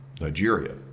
Nigeria